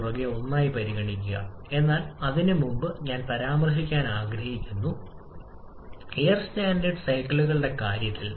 അതിനാൽ പരമാവധി താപനില അത് ഉൽപാദിപ്പിക്കാൻ കഴിയും അതിനാൽ വിച്ഛേദിക്കൽ പ്രഭാവം കുറവാണ്